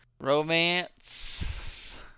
romance